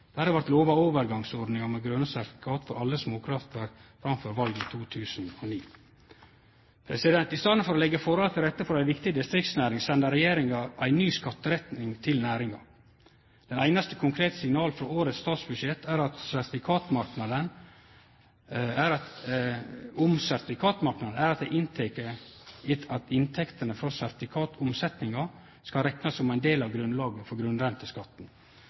lova overgangsordningar med grøne sertifikat for alle småkraftverk, framfor valet i 2009. I staden for å leggje forholda til rette for ei viktig distriktsnæring sender regjeringa ei ny skatterekning til næringa. Det einaste konkrete signalet i årets statsbudsjettet om sertifikatmarknaden er at inntektene frå sertifikatomsetjinga skal reknast som ein del av grunnlaget for